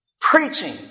preaching